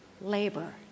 Labor